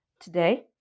today